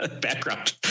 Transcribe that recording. Background